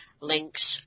links